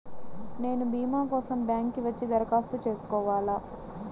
నేను భీమా కోసం బ్యాంక్కి వచ్చి దరఖాస్తు చేసుకోవాలా?